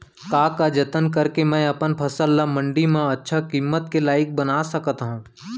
का का जतन करके मैं अपन फसल ला मण्डी मा अच्छा किम्मत के लाइक बना सकत हव?